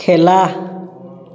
খেলা